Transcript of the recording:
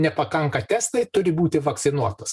nepakanka testai turi būti vakcinuotas